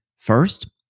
First